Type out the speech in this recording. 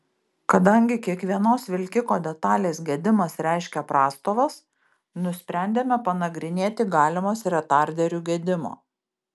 kadangi kiekvienos vilkiko detalės gedimas reiškia prastovas nusprendėme panagrinėti galimas retarderių gedimo